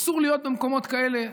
אסור להיות במקומות כאלה,